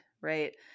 right